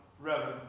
Reverend